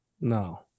No